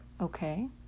Okay